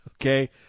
okay